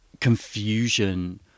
confusion